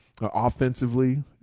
offensively